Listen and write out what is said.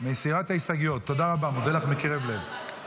מסירה את ההסתייגויות, תודה רבה, מודה לך מקרב לב.